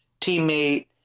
teammate